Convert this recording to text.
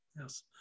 Yes